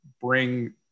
bring